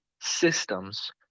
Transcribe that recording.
Systems